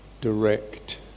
direct